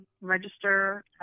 register